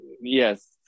Yes